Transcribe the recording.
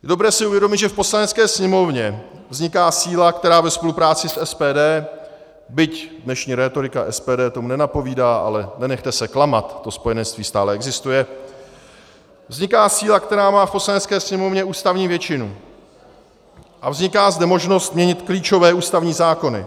Je dobré si uvědomit, že v Poslanecké sněmovně vzniká síla, která ve spolupráci s SPD, byť dnešní rétorika SPD tomu nenapovídá, ale nenechte se klamat, to spojenectví stále existuje, vzniká síla, která má v Poslanecké sněmovně ústavní většinu, a vzniká zde možnost měnit klíčové ústavní zákony.